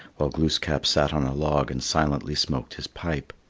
while glooskap sat on a log and silently smoked his pipe.